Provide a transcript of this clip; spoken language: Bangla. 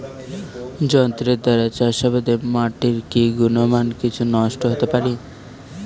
যন্ত্রের দ্বারা চাষাবাদে মাটির কি গুণমান কিছু নষ্ট হতে পারে?